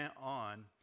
on